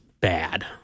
bad